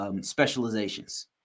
specializations